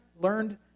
learned